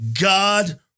God